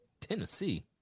Tennessee